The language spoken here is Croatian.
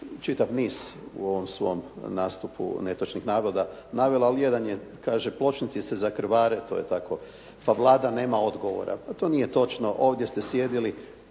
čitav niz u ovom svom nastupu netočnih navoda navela, ali jedan je kaže: “Pločnici se zakrvare“ to je tako, “pa Vlada nema odgovora.“ Pa to nije točno. Ovdje se sjedili